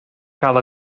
gael